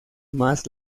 más